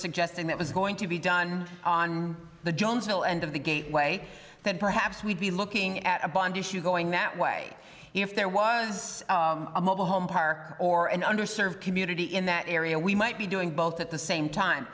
suggesting that was going to be done on the jonesville end of the gateway then perhaps we'd be looking at a bond issue going that way if there was a mobile home park or and under served community in that area we might be doing both at the same time